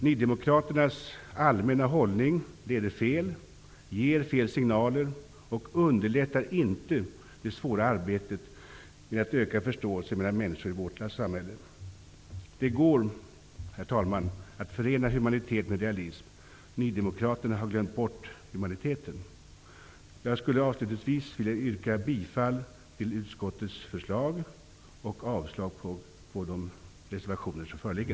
Nydemokraternas allmänna hållning leder fel, ger fel signaler och underlättar inte det svåra arbetet med att öka förståelsen mellan människor i vårt samhälle. Herr talman! Det går att förena humanitet med realism. Nydemokraterna har glömt bort humaniteten. Avslutningsvis vill jag yrka bifall till utskottets hemställan och avslag på de reservationer som föreligger.